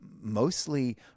mostly